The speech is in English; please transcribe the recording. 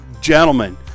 gentlemen